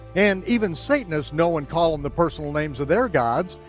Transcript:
and even satanists, know and call on the personal names of their gods.